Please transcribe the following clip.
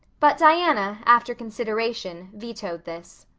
but diana, after consideration, vetoed this.